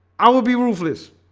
i would be ruthless